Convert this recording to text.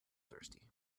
thirsty